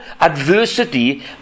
adversity